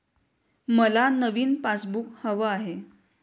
मला नवीन पासबुक हवं आहे